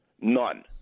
None